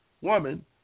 woman